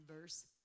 verse